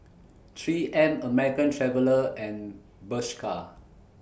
three M American Traveller and Bershka